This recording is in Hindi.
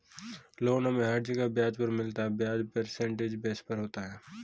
लोन हमे हर जगह ब्याज पर मिलता है ब्याज परसेंटेज बेस पर होता है